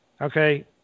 Okay